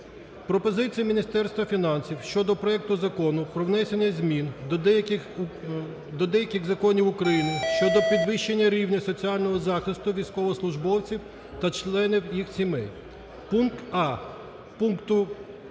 Пропозиції Міністерства фінансів щодо проекту Закону "Про внесення змін до деяких законів України щодо підвищення рівня соціального захисту військовослужбовців та членів їх сімей". Пункт а)